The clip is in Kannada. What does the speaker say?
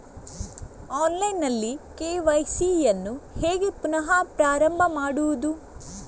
ಆನ್ಲೈನ್ ನಲ್ಲಿ ಕೆ.ವೈ.ಸಿ ಯನ್ನು ಹೇಗೆ ಪುನಃ ಪ್ರಾರಂಭ ಮಾಡುವುದು?